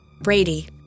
Brady